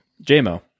J-Mo